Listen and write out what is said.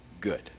good